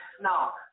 Now